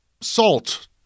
salt